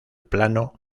plano